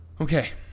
Okay